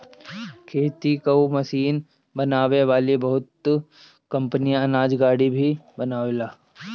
खेती कअ मशीन बनावे वाली बहुत कंपनी अनाज गाड़ी भी बनावेले